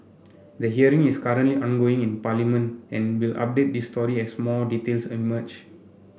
the hearing is currently ongoing in Parliament and we'll update this story as more details emerge